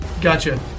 Gotcha